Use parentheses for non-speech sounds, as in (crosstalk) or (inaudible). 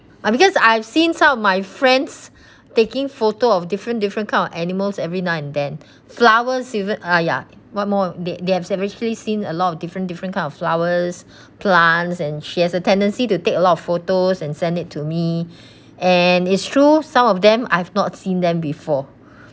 ah because I've seen some of my friends taking photo of different different kind of animals every now and then flowers even uh ya one more they they have savagely seen a lot of different different kind of flowers plants and she has a tendency to take a lot of photos and send it to me (breath) and it's true some of them I've not seen them before